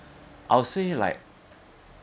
I'll say like